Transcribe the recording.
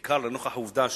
בעיקר לנוכח העובדה שאנחנו,